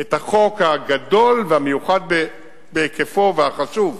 את החוק הגדול והמיוחד בהיקפו והחשוב,